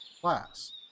class